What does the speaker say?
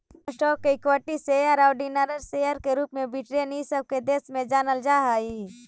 कौन स्टॉक्स के equity share या ऑर्डिनरी शेयर के रूप में ब्रिटेन इ सब देश में जानल जा हई